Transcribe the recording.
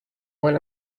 when